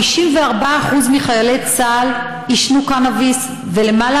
54% מחיילי צה"ל עישנו קנאביס ולמעלה